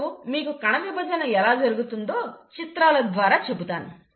ఇప్పుడు మీకు కణ విభజన ఎలా జరుగుతుందో చిత్రాల ద్వారా చెబుతాను